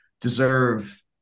deserve